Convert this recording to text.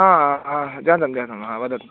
हा हा जातं जातं ह वदन्तु